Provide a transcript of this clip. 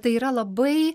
tai yra labai